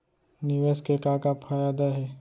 निवेश के का का फयादा हे?